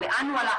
לאן הלך,